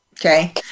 Okay